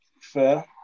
Fair